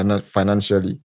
financially